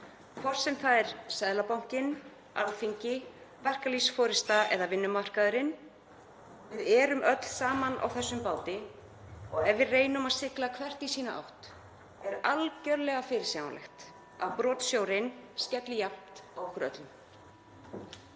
hvort sem það er Seðlabankinn, Alþingi, verkalýðsforystan eða vinnumarkaðurinn. Við erum öll saman á þessum báti og ef við reynum að sigla hvert í sína áttina er algerlega fyrirsjáanlegt að brotsjórinn skelli jafnt á okkur öllum.